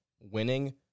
winning